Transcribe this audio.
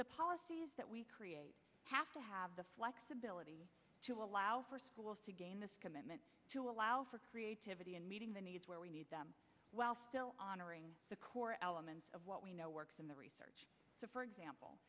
the policy that we create have to have the flexibility to allow for schools to gain this commitment to allow for creativity and meeting the needs where we need them while still honoring the core elements of what we know works in the research for